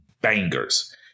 bangers